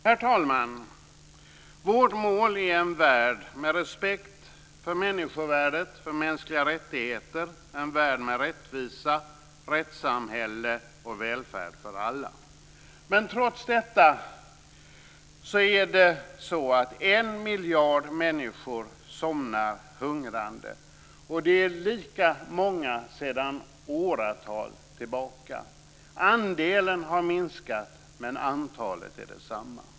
Herr talman! Vårt mål är en värld med respekt för människovärdet och för mänskliga rättigheter, en värld med rättvisa, ett rättssamhälle och välfärd för alla. Trots detta är det så att 1 miljard människor somnar hungrande, och det är lika många sedan åratal tillbaka. Andelen har minskat, men antalet är detsamma.